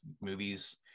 Movies